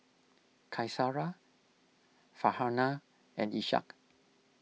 Qaisara Farhanah and Ishak